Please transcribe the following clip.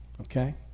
okay